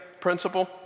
principle